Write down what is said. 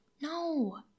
No